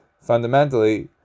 fundamentally